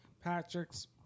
Patrick's